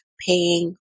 paying